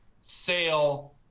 sale